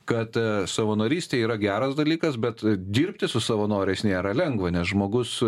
kad savanorystė yra geras dalykas bet dirbti su savanoriais nėra lengva nes žmogus